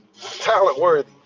talent-worthy